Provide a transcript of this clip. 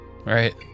right